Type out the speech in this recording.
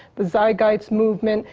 the zeitgeist movement,